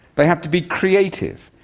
they have to be creative,